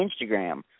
Instagram